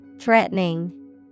Threatening